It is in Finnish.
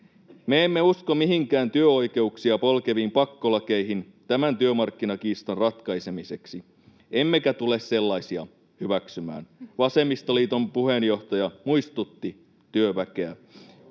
”Me emme usko mihinkään työoikeuksia polkeviin pakkolakeihin tämän työmarkkinakiistan ratkaisemiseksi, emmekä tule sellaisia hyväksymään”, Vasemmistoliiton puheenjohtaja muistutti työväkeä.